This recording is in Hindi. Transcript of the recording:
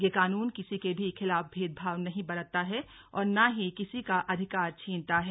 यह कानून किसी के भी खिलाफ भेदभाव नहीं बरतता है और न ही किसी का अधिकार छीनता है